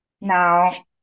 Now